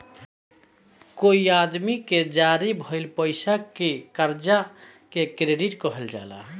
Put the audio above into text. कोई आदमी के जारी भइल पईसा के कर्जा के क्रेडिट कहाला